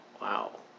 Wow